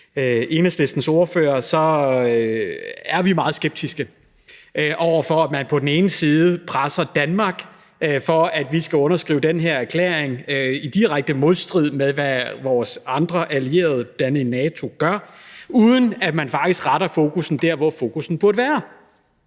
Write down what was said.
Enhedslistens ordfører, at vi er meget skeptiske over for, at man på den ene side presser Danmark til at underskrive den her erklæring i direkte modstrid med, hvad vores andre allierede i NATO gør, uden at man faktisk retter fokus mod der, hvor fokus burde være.